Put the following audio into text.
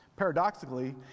Paradoxically